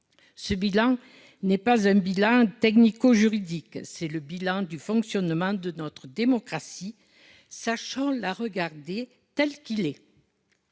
Ce bilan n'est pas technico-juridique ; c'est celui du fonctionnement de notre démocratie. Sachons le regarder tel qu'il est